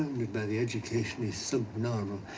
by the education is so narrow.